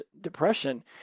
depression